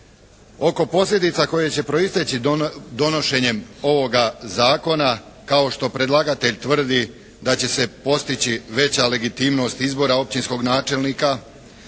oko posljedica koje će proistječi donošenjem ovoga zakona kao što predlagatelj tvrdi da će se postići veća legitimnost izbora općinskog načelnika,